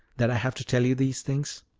that i have to tell you these things?